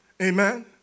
Amen